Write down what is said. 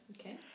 Okay